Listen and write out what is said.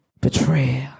betrayal